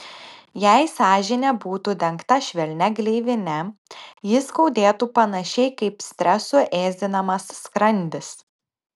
jei sąžinė būtų dengta švelnia gleivine ji skaudėtų panašiai kaip stresų ėsdinamas skrandis